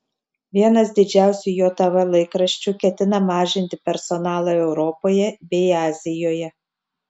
vienas didžiausių jav laikraščių ketina mažinti personalą europoje bei azijoje